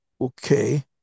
Okay